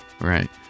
Right